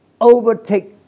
overtake